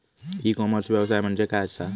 E commerce व्यवसाय म्हणजे काय असा?